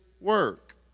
work